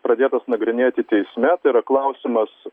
pradėtas nagrinėti teisme tai yra klausimas